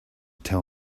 tell